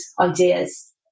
ideas